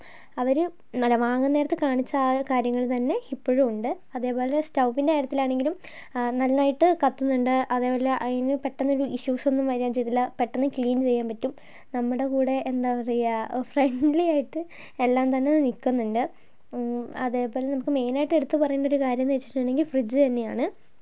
അവർ നല്ല വാങ്ങുന്ന നേരത്ത് കാണിച്ച ആ കാര്യങ്ങൾ തന്നെ ഇപ്പോഴും ഉണ്ട് അതേപോലെ സ്റ്റൗവിന്റെ കാര്യത്തിലാണെങ്കിലും നന്നായിട്ട് കത്തുന്നുണ്ട് അതേപോലെ അതിന് പെട്ടന്ന് ഒരു ഇഷ്യുസൊന്നും വരികയും ചെയ്തില്ല പെട്ടെന്ന് ക്ലീൻ ചെയ്യാൻ പറ്റും നമ്മുടെ കൂടെ എന്താ പറയുക ഫ്രണ്ട്ലി ആയിട്ട് എല്ലാം തന്നെ നിൽക്കുന്നുണ്ട് അതേപോലെ നമുക്ക് മെയിനായിട്ട് എടുത്ത് പറയേണ്ട ഒരു കാര്യം എന്ന് വെച്ചിട്ടുണ്ടെങ്കിൽ ഫ്രിഡ്ജ് തന്നെയാണ്